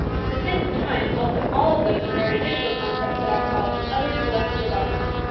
for the sake of time, i'll put all of those under an additional concept that i'll call other celestial bodies.